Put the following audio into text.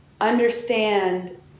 understand